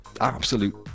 absolute